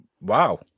Wow